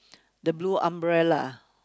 the blue umbrella